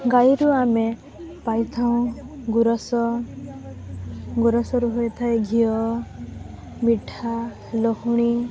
ଗାଈରୁ ଆମେ ପାଇଥାଉ ଗୋରସ ଗୋରସରୁ ହୋଇଥାଏ ଘିଅ ମିଠା ଲହୁଣୀ